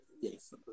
Yes